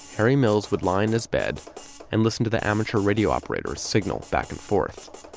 harry mills would lie in his bed and listen to the amateur radio operator's signal back and forth.